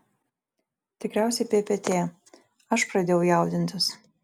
tikriausiai ppt aš pradėjau jaudintis